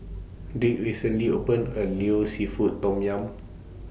Dink recently opened A New Seafood Tom Yum